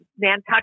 Nantucket